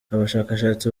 abashakashatsi